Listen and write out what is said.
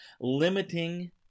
Limiting